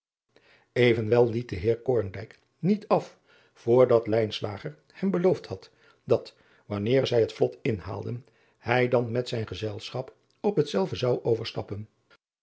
liet de eer niet af voor dat hem beloofd had dat wanneer zij het vlot inhaalden hij dan met zijn gezelschap op hetzelve zou overstappen